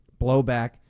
blowback